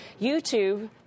YouTube